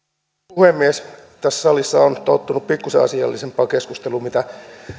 puhemies tässä salissa on tottunut pikkuisen asiallisempaan keskusteluun kuin mitä